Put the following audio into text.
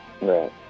Right